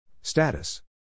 Status